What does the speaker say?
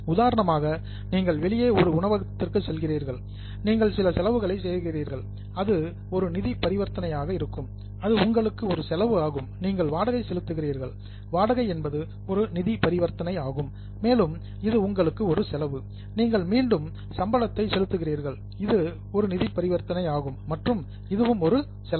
உதாரணமாக நீங்கள் வெளியே ஒரு உணவகத்திற்கு செல்கிறீர்கள் நீங்கள் சில செலவுகளை செய்கிறீர்கள் அது ஒரு நிதி பரிவர்த்தனையாக இருக்கும் இது உங்களுக்கு ஒரு செலவு ஆகும் நீங்கள் வாடகை செலுத்துகிறீர்கள் வாடகை என்பது நிதி பரிவர்த்தனை ஆகும் மேலும் இது உங்களுக்கு ஒரு செலவு நீங்கள் மீண்டும் சேலரி சம்பளத்தை செலுத்துகிறீர்கள் இது நிதி பரிவர்த்தனை ஆகும் மற்றும் இதுவும் ஒரு செலவு